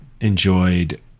enjoyed